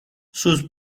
sus